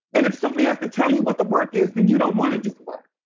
and if somebody has to tell you what the work is, then you don't want to do the work.